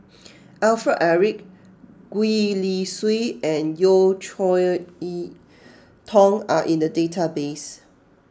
Alfred Eric Gwee Li Sui and Yeo Cheow Yi Tong are in the database